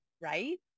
Right